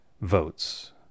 votes